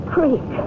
Creek